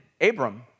Abram